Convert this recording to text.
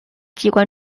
机关